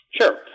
Sure